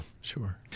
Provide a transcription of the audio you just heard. sure